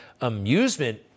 amusement